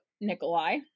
Nikolai